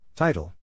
Title